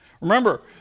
Remember